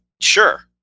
Sure